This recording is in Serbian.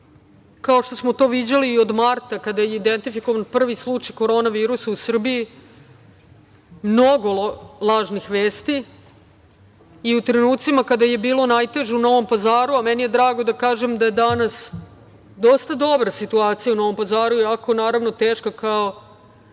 kao što smo to viđali od marta, kada je identifikovan prvi slučaj korona virusa u Srbiji, mnogo lažnih vesti i u trenucima kada je bilo najteže u Novom Pazaru, a meni je drago da kažem da je danas dosta dobra situacija u Novom Pazaru iako naravno je teška kao